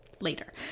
later